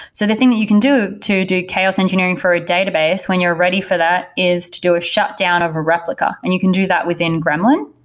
so the thing that you can do to do chaos engineering for a database when you're ready for that is to do a shutdown of a replica, and you can do that within gremlin.